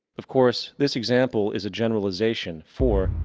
of course, this example is a generalization. for,